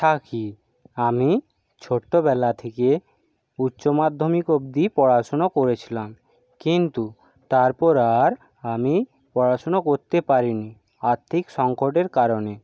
থাকি আমি ছোট্টোবেলা থেকে উচ্চ মাধ্যমিক অব্দি পড়াশুনো করেছিলাম কিন্তু তারপর আর আমি পড়াশুনো করতে পারি নি আর্থিক সংকটের কারণে